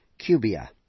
cubia